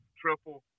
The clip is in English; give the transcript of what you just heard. triple